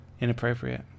inappropriate